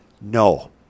No